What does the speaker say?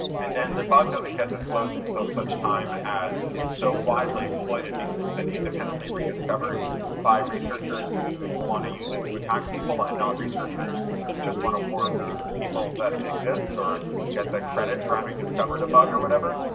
and then the bug doesn't get disclosed until such time as it's so widely exploited because it's been independently rediscovered by researchers who want to use it to attack people and not researchers who just want to warn people that it exists or get the credit for having discovered a bug or whatever,